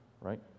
right